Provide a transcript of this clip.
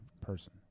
person